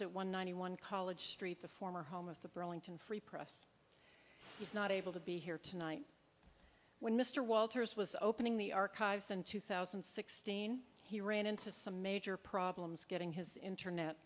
at one ninety one college street the former home of the burlington free press he's not able to be here tonight when mr walters was opening the archives in two thousand and sixteen he ran into some major problems getting his internet